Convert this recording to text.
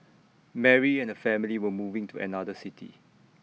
Mary and her family were moving to another city